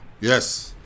Yes